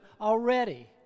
already